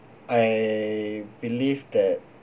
I believe that